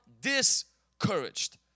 discouraged